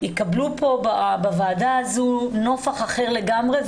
יקבלו פה בוועדה הזו נופך אחר לגמרי,